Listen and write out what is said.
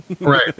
right